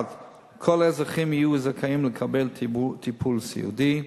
1. כל האזרחים יהיו זכאים לקבל טיפול סיעודי,